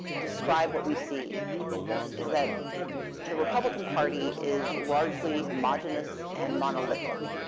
describe what we see is that the republican party is largely homogeneous and monolithic.